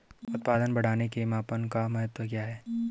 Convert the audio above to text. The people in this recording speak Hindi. उत्पादन बढ़ाने के मापन का महत्व क्या है?